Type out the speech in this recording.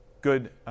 good